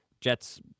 Jets